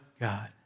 God